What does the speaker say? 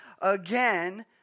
again